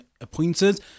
appointed